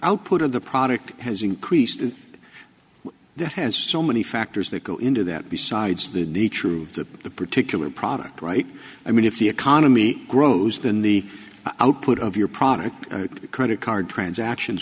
output of the product has increased there has so many factors that go into that besides that the truth of the particular product right i mean if the economy grows then the output of your product credit card transactions